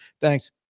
Thanks